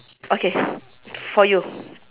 okay for you